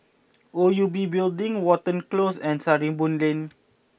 O U B Building Watten Close and Sarimbun Lane